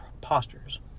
postures